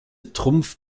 trumpf